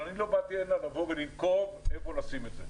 אבל אני לא באתי לכאן לומר היכן לשים את זה.